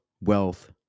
wealth